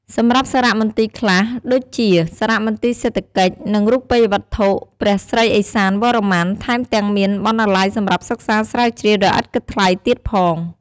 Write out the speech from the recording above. សម្រាប់សារមន្ទីរខ្លះដូចជា សារមន្ទីរសេដ្ឋកិច្ច និងរូបិយវត្ថុ ព្រះស្រីឦសានវរ្ម័ន ថែមទាំងមានបណ្ណាល័យសម្រាប់សិក្សាស្រាវជ្រាវដោយឥតគិតថ្លៃទៀតផង។